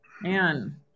man